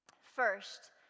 First